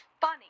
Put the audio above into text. funny